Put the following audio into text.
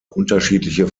unterschiedliche